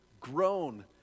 grown